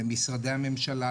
למשרדי הממשלה,